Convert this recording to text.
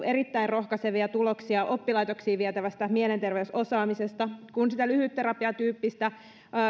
erittäin rohkaisevia tuloksia oppilaitoksiin vietävästä mielenterveysosaamisesta kun sitä lyhytterapiatyyppistä